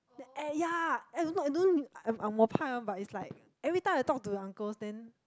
the eh ya I don't know I don't I'm angmoh pai one but it's like everytime I talk to the uncles then